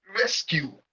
rescue